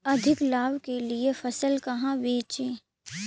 अधिक लाभ के लिए फसल कहाँ बेचें?